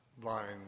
blind